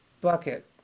bucket